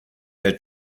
her